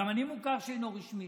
גם אני מוכר שאינו רשמי.